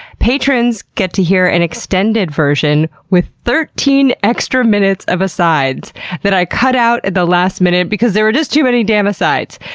patrons get to hear an extended version with thirteen extra minutes of asides that i cut out at the last minute, because there was just too many damn asides!